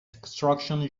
construction